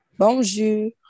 Bonjour